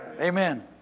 Amen